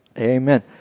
Amen